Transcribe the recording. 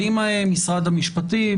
האם משרד המשפטים,